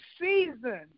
season